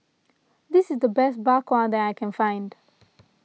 this is the best Bak Kwa that I can find